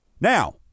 Now